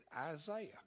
Isaiah